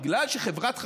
בגלל שחברת חשמל,